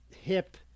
hip